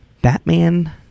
Batman